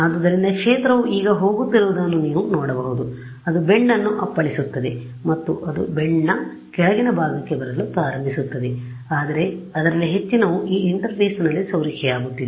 ಆದ್ದರಿಂದ ಕ್ಷೇತ್ರವು ಈಗ ಹೋಗುತ್ತಿರುವುದನ್ನು ನೀವು ನೋಡಬಹುದು ಅದು ಬೆಂಡ್ ಅನ್ನು ಅಪ್ಪಳಿಸುತ್ತದೆಮತ್ತು ಅದು ಬೆಂಡ್ನ ಕೆಳಗಿನ ಭಾಗಕ್ಕೆ ಬರಲು ಪ್ರಾರಂಭಿಸುತ್ತದೆ ಆದರೆ ಅದರಲ್ಲಿ ಹೆಚ್ಚಿನವು ಆ ಇಂಟರ್ಫೇಸ್ನಲ್ಲಿ ಸೋರಿಕೆಯಾಗುತ್ತಿದೆ